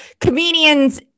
Comedian's